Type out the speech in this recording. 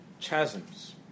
chasms